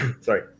sorry